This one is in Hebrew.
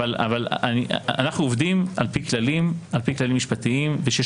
אבל אנחנו עובדים על פי כללים משפטיים וכשיש